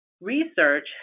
Research